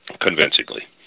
convincingly